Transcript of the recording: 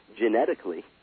genetically